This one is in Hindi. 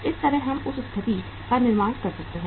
इस तरह हम उस स्थिति का निर्माण कर रहे हैं